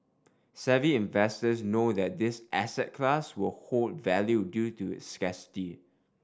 savvy investors know that this asset class will hold value due to its scarcity